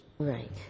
Right